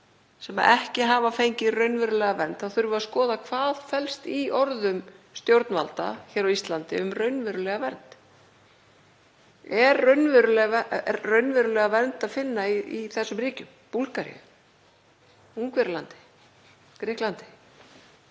sem ekki hafa fengið raunverulega vernd þá þurfum við að skoða hvað felst í orðum stjórnvalda hér á Íslandi um raunverulega vernd. Er raunverulega vernd að finna í þessum ríkjum? Búlgaríu, Ungverjalandi, Grikklandi,